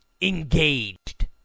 engaged